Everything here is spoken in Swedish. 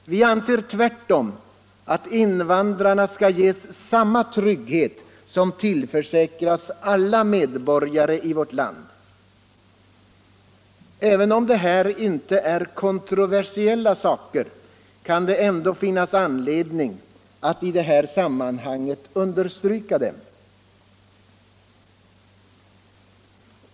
Vi anser tvärtom att invandrarna skall ges samma trygghet som tillförsäkras alla medborgare i vårt land. Även om dessa saker inte är kontroversiella, kan det ändå finnas anledning att i det här sammanhanget understryka detta.